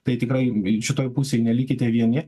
tai tikrai šitoj pusėj nelikite vieni